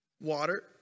Water